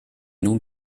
nun